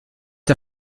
der